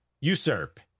usurp